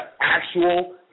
actual